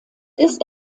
ist